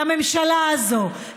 לממשלה הזאת,